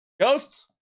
Ghosts